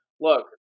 look